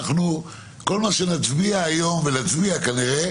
כל מה שנצביע היום, ונצביע כנראה,